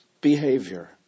behavior